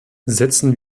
setzen